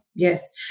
Yes